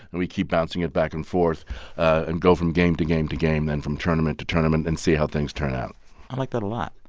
and we keep bouncing it back and forth and go from game to game to game, then from tournament to tournament and see how things turn out i like that a lot.